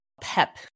pep